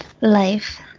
life